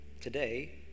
Today